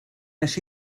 wnes